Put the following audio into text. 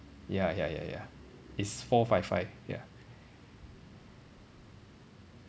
ya ya ya ya it's four five five ya